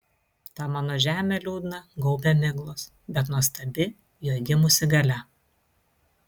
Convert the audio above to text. tą mano žemę liūdną gaubia miglos bet nuostabi joj gimusi galia